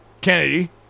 Kennedy